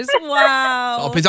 Wow